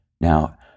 Now